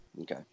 Okay